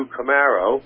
Camaro